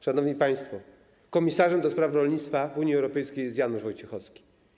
Szanowni państwo, komisarzem do spraw rolnictwa Unii Europejskiej jest Janusz Wojciechowski.